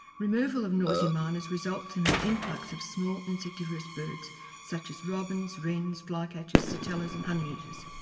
removal of noisy miners results in an influx of small insectivorous birds such as robins, wrens, flycatchers, sittellas and honeyeaters.